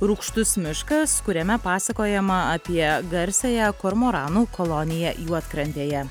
rūgštus miškas kuriame pasakojama apie garsiąją kormoranų koloniją juodkrantėje